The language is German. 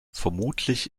vermutlich